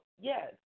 yes